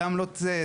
זה עמלות זה,